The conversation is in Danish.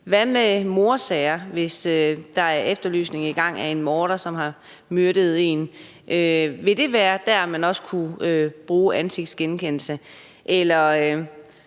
Hvad med mordsager – hvis der er en efterlysning i gang af en morder, som har myrdet en? Vil det være der, man også vil kunne bruge ansigtsgenkendelse?